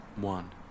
One